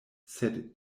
sed